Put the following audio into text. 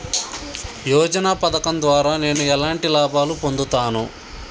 యోజన పథకం ద్వారా నేను ఎలాంటి లాభాలు పొందుతాను?